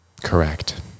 Correct